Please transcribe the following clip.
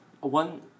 One